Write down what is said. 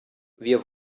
wir